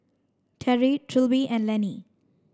Teri Trilby and Lannie